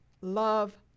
love